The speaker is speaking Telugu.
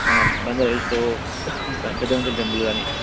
బంజారా హిల్స్ పెద్దమ్మ తల్లి టెంపుల్ కానీ